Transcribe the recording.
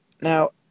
Now